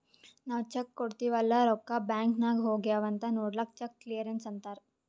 ನಾವ್ ಚೆಕ್ ಕೊಡ್ತಿವ್ ಅಲ್ಲಾ ರೊಕ್ಕಾ ಬ್ಯಾಂಕ್ ನಾಗ್ ಹೋಗ್ಯಾವ್ ಅಂತ್ ನೊಡ್ಲಕ್ ಚೆಕ್ ಕ್ಲಿಯರೆನ್ಸ್ ಅಂತ್ತಾರ್